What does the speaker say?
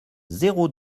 zéro